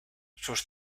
sus